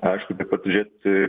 aišku tai pasižiūrėti